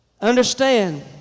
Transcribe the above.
Understand